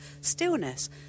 stillness